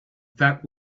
that